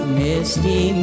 misty